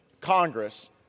Congress